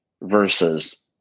versus